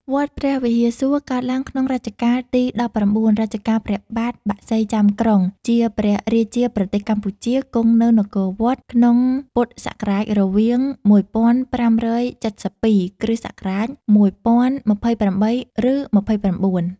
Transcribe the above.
វត្តព្រះវិហារសួរ កើតឡើងក្នុង រជ្ជកាលទី១៩ រជ្ជកាលព្រះបាទបក្សីចាំក្រុង ជាព្រះរាជាប្រទេសកម្ពុជា គង់នៅនគរវត្ត ក្នុងព.សរវាង១៥៧២ គ.សរវាង១០២៨ ឬ២៩។